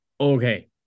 okay